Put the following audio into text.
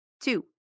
two